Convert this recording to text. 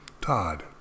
Todd